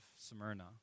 Smyrna